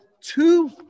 two